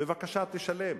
בבקשה, תשלם.